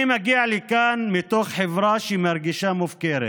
אני מגיע לכאן מתוך חברה שמרגישה מופקרת,